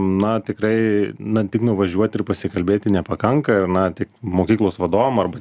na tikrai na tik nuvažiuot ir pasikalbėti nepakanka ir na tik mokyklos vadovam arba